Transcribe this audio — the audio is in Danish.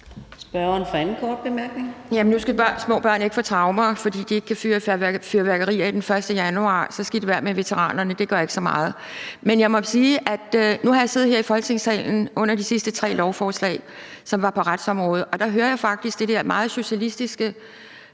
Nu skalsmå børn ikke få traumer, fordi de ikke kan fyre fyrværkeri af den 1. januar – og så skidt være med veteranerne; det gør ikke så meget. Jeg må sige, at nu har jeg siddet her i Folketingssalen under de sidste tre lovforslag, som var på retsområdet, og der hører jeg faktisk det der meget socialistiske